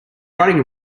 riding